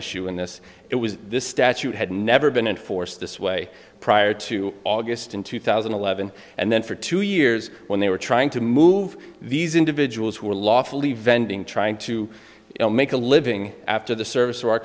issue in this it was this statute had never been enforced this way prior to august in two thousand and eleven and then for two years when they were trying to move these individuals who were lawfully vending trying to make a living after the service to our